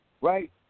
right